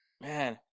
Man